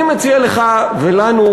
אני מציע לך ולנו,